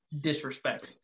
disrespect